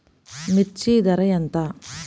మిర్చి ధర ఎంత?